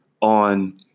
on